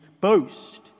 boast